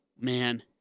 man